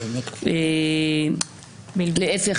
להפך,